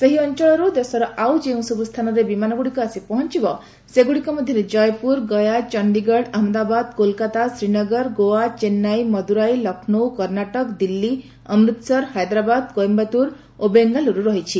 ସେହି ଅଞ୍ଚଳରୁ ଦେଶର ଆଉ ଯେଉଁସବୁ ସ୍ଥାନରେ ବିମାନଗୁଡ଼ିକ ଆସି ପହଞ୍ଚବ ସେଗୁଡ଼ିକ ମଧ୍ୟରେ ଜୟପୁର ଗୟା ଚଣ୍ଡିଗଡ଼ ଅହମ୍ମଦାବାଦ କୋଲକାତା ଶ୍ରୀନଗର ଗୋଆ ଚେନ୍ନାଇ ମଦୁରାଇ ଲକ୍ଷ୍ରୌ କର୍ଣ୍ଣାଟକ ଦିଲ୍ଲୀ ଅମୃତସର ହାଇଦ୍ରାବାଦ କୋଇମ୍ବାଟୁର ଓ ବେଙ୍ଗାଲୁରୁ ରହିଛି